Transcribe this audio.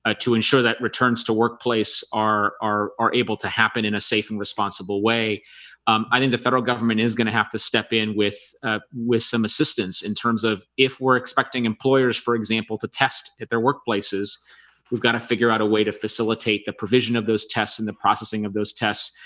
ah to ensure that returns to workplace are are are able to happen in a safe and responsible way i think the federal government is going to have to step in with ah with some assistance in terms of if we're expecting employers for example to test at their workplaces we've got to figure out a way to facilitate the provision of those tests and the processing of those tests